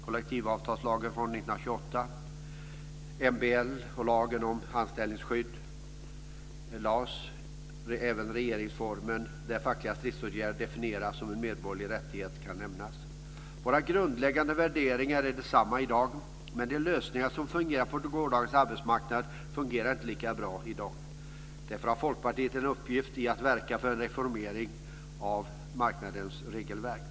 Kollektivavtalslagen från 1928, MBL och lagen om anställningsskydd, LAS, och även regeringsformen där fackliga stridsåtgärder definieras som en medborgerlig rättighet kan nämnas. Våra grundläggande värderingar är desamma i dag, men de lösningar som fungerade på gårdagens arbetsmarknad fungerar inte lika bra i dag. Därför har Folkpartiet en uppgift i att verka för en reformering av arbetsmarknadens regelverk.